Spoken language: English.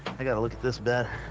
i gotta look at this better.